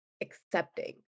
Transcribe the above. accepting